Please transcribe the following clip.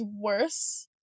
worse